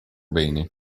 bene